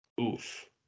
Oof